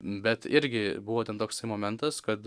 bet irgi buvo ten toksai momentas kad